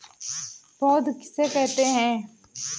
पौध किसे कहते हैं?